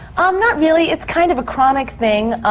um not really, it's kind of a chronic thing.